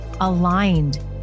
aligned